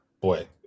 boy